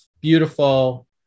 beautiful